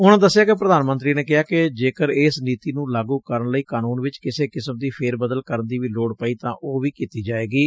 ਉਨਾਂ ਦੱਸਿਆ ਕਿ ਪ੍ਰਧਾਨ ਮੰਤਰੀ ਨੇ ਕਿਹਾ ਕਿ ਜੇਕਰ ਇਸ ਨੀਤੀ ਨੰ ਲਾਗੁ ਕਰਨ ਲਈ ਕਾਨੰਨ ਵਿੱਚ ਕਿਸੇ ਕਿਸਮ ਦੀ ਫੇਰਬਦਲ ਕਰਨ ਦੀ ਵੀ ਲੋਤ ਪਈ ਤਾਂ ਉਹ ਵੀ ਕੀਤੀ ਜਾਵੇਗੀ